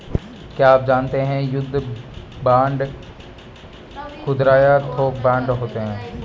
क्या आप जानते है युद्ध बांड खुदरा या थोक बांड होते है?